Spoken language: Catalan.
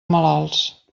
malalts